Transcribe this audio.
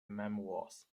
memoirs